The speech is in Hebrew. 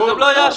אז הם לא יאשרו.